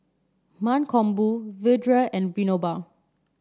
Mankombu Vedre and Vinoba